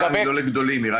לא התייחסת לגדולים.